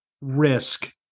risk